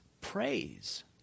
praise